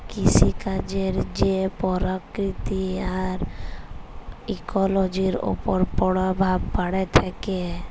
কিসিকাজের যে পরকিতি আর ইকোলোজির উপর পরভাব প্যড়ে থ্যাকে